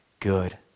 good